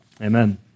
Amen